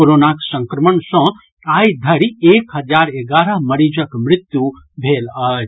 कोरोनाक संक्रमण सँ आइ धरि एक हजार एगारह मरीजक मृत्यु भेल अछि